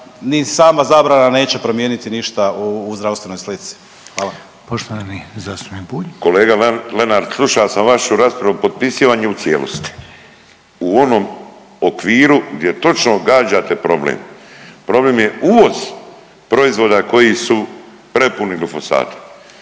ni sama zabrana neće promijeniti ništa u zdravstvenoj slici, hvala. **Reiner, Željko (HDZ)** Poštovani zastupnik Bulj. **Bulj, Miro (MOST)** Kolega Lenart, sluša sam vašu raspravu i potpisivan je u cijelosti u onom okviru gdje točno gađate problem, problem je uvoz proizvoda koji su prepuni glifosata